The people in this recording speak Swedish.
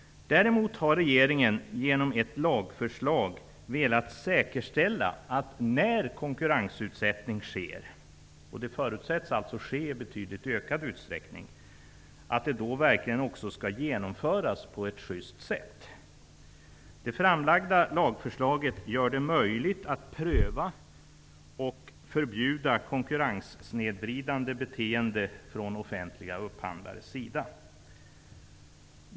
Däremot har regeringen genom ett lagförslag velat säkerställa att det, när en konkurrensutsättning sker, genomförs på ett sjyst sätt. Konkurrensutsättningar förutsätts ske i betydligt ökad utsträckning. Det framlagda lagförslaget gör det möjligt att pröva och förbjuda konkurrenssnedvridande beteende från offentliga upphandlares sida.